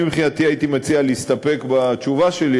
אני מבחינתי הייתי מציע להסתפק בתשובה שלי,